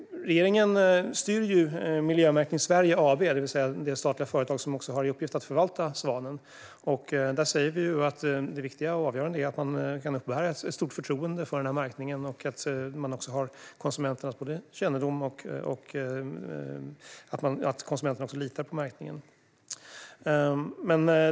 Regeringen styr Miljömärkning Sverige AB, det vill säga det statliga företag som också har i uppgift att förvalta Svanen. Vi säger där att det viktiga och avgörande är att man kan uppbära ett stort förtroende för den här märkningen och att konsumenterna både har kännedom om den och litar på den.